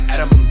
Adam